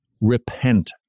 Repent